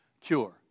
cure